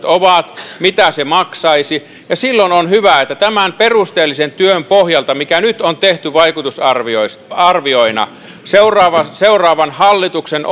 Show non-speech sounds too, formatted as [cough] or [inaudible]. [unintelligible] ovat mitä se maksaisi ja silloin on hyvä että tämän perusteellisen työn pohjalta mikä nyt on tehty vaikutusarvioina seuraavan seuraavan hallituksen [unintelligible]